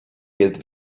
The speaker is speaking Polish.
jest